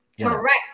Correct